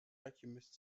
alchemist